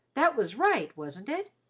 that was right, wasn't it?